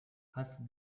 ask